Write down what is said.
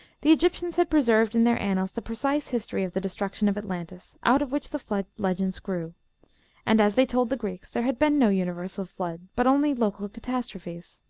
the egyptians had preserved in their annals the precise history of the destruction of atlantis, out of which the flood legends grew and, as they told the greeks, there had been no universal flood, but only local catastrophes.